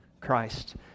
Christ